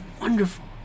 wonderful